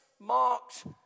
marked